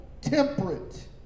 temperate